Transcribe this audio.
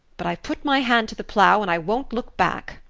but i've put my hand to the plow and i won't look back.